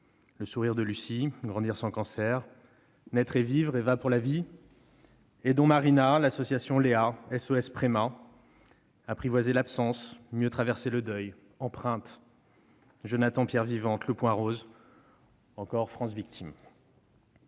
Le Sourire de Lucie, Grandir sans cancer, Naître et vivre, Eva pour la vie, Aidons Marina, l'association Léa, SOS Préma, Apprivoiser l'absence, Mieux traverser le deuil, Empreintes, Jonathan pierres vivantes, Le Point rose ou encore France victimes.